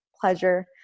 pleasure